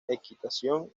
equitación